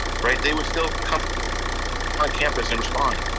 right? they would still come on campus and respond.